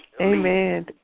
Amen